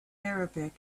arabic